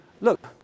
look